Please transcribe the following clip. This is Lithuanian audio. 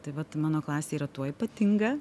tai vat mano klasė yra tuo ypatinga